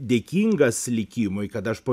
dėkingas likimui kad aš po